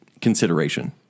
consideration